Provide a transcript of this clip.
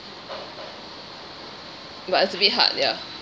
but it's a bit hard ya